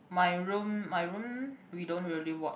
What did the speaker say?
my room my room we don't really watch